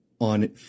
on